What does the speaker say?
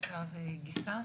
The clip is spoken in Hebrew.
אחותה וגיסה,